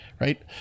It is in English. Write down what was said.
right